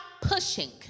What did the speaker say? pushing